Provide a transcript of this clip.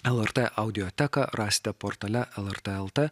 lrt audioteką rasite portale lrt el t